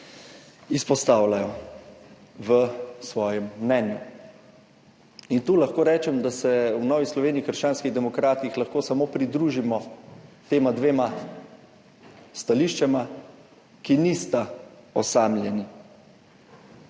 izpostavljajo v svojem mnenju. In tu lahko rečem, da se v Novi Sloveniji – krščanskih demokratih lahko samo pridružimo tema dvema stališčema, ki nista osamljeni.